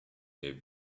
gave